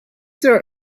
there